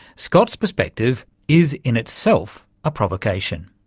scott's perspective is, in itself, a provocation.